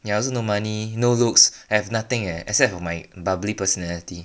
ya also no money no looks have nothing eh except for my bubbly personality